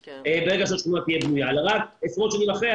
ברגע שהשכונה תהיה בנויה אלא רק עשרות שנים אחר כך,